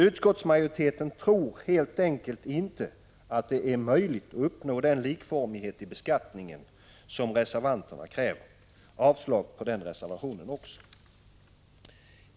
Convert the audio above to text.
Utskottsmajoriteten tror helt enkelt inte att det är möjligt att uppnå den likformighet i beskattningen som reservanterna kräver. Jag yrkar avslag på den reservationen också.